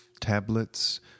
tablets